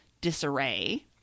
disarray